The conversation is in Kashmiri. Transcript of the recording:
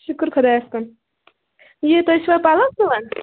شُکر خۄدایَس کُن یہِ تُہۍ چھُوا پَلو سُوان